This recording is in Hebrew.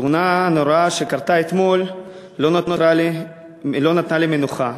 תאונה נוראה שקרתה אתמול לא נתנה לי מנוחה.